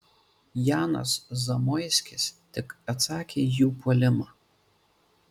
janas zamoiskis tik atsakė į jų puolimą